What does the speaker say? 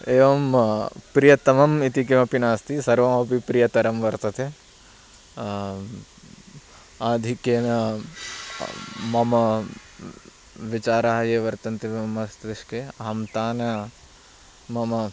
एवं प्रियतमम् इति किमपि नास्ति सर्वमपि प्रियतरं वर्तते आधिक्येन मम विचाराः ये वर्तन्ते मम मस्तिष्के अहं तान् मम